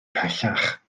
pellach